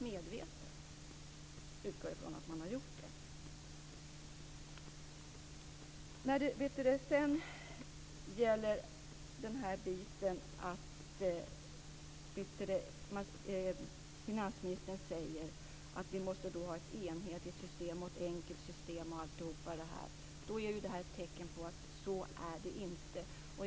Jag utgår från att man gör det helt medvetet. Finansministern säger att vi måste ha ett enhetligt och enkelt system. Det här är ett tecken på att det inte är så.